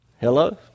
Hello